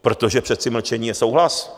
Protože přece mlčení je souhlas.